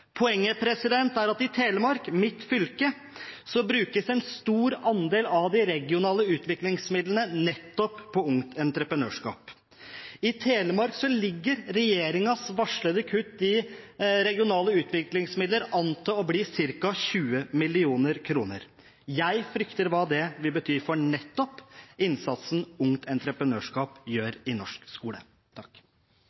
Poenget er at i Telemark – mitt fylke – brukes en stor andel av de regionale utviklingsmidlene nettopp på Ungt Entreprenørskap. I Telemark ligger regjeringens varslede kutt i regionale utviklingsmidler an til å bli ca. 20 mill. kr. Jeg frykter hva det vil bety for nettopp innsatsen Ungt Entreprenørskap gjør